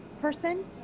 person